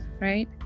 right